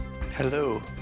Hello